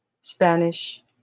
Spanish